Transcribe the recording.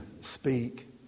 speak